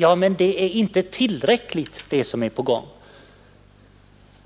Ja, men det som är på gång är inte tillräckligt.